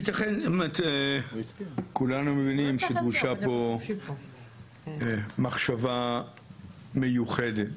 כולנו מבינים שדרושה פה מחשבה מיוחדת.